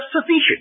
sufficient